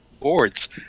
boards